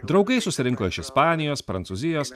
draugai susirinko iš ispanijos prancūzijos